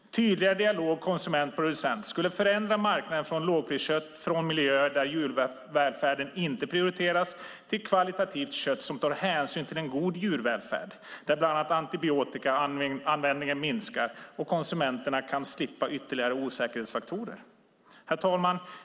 En tydligare dialog konsument-producent skulle förändra marknaden från lågpriskött från miljöer där djurvälfärden inte prioriteras till kvalitativt kött från miljöer som tar hänsyn till god djurvälfärd där bland annat antibiotikaanvändningen minskar och konsumenterna slipper ytterligare osäkerhetsfaktorer. Herr talman!